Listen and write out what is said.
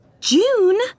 June